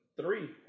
three